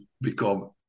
become